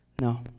No